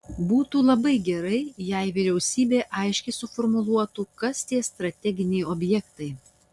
būtų labai gerai jei vyriausybė aiškiai suformuluotų kas tie strateginiai objektai